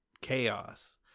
chaos